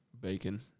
bacon